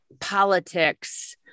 politics